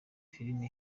filimi